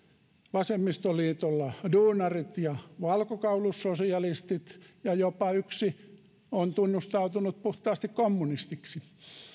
vasemmistoliitolla duunarit ja valkokaulussosialistit ja yksi on jopa tunnustautunut puhtaasti kommunistiksi